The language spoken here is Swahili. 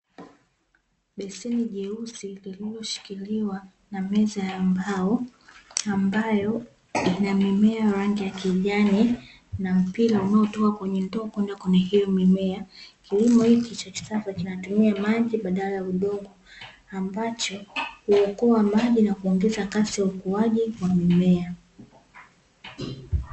Beseni jeusi lililoshikiliwa na meza ya mbao ambayo ina mimea ya rangi ya kijani na mpira unaotoka kwenye ndoo kwenda kwenye hiyo mimea. Kilimo hiki cha kisasa kinatumia maji badala ya udongo, ambacho huokoa maji na kuongeza kasi ya ukuaji wa mimea.